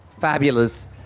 Fabulous